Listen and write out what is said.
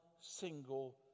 single